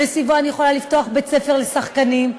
וסביבו אני יכולה לפתוח בית-ספר לשחקנים,